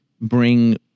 bring